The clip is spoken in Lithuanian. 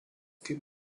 kaip